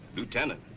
lieutenant,